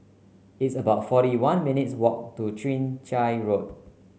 it's about forty one minutes' walk to Chwee Chian Road